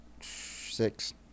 Six